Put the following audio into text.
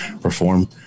perform